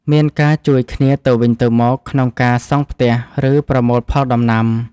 មានការជួយគ្នាទៅវិញទៅមកក្នុងការសង់ផ្ទះ ឬប្រមូលផលដំណាំ។